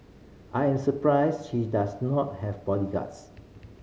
I am surprised she does not have bodyguards